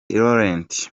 laurent